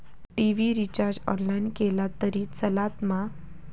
TV recharge online केला तरी चलात मा?